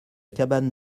cabane